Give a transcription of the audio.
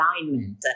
alignment